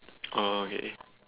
oh okay